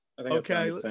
Okay